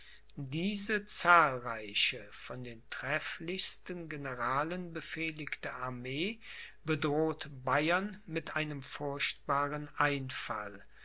diese zahlreiche von den trefflichsten generalen befehligte armee bedroht bayern mit einem furchtbaren einfall